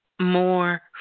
more